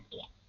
אנגליה,